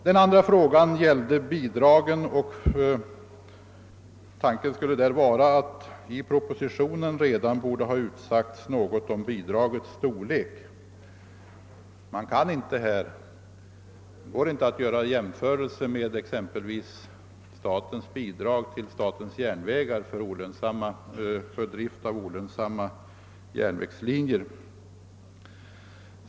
Den andra frågan gällde bidraget, och tanken skulle vara att det redan i propositionen borde ha utsagts något om bidragets storlek. Det går inte att här göra en jämförelse med exempelvis statens bidrag till SJ för drift av olönsamma järnvägslinjer.